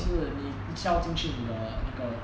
是你不知道进去你的那个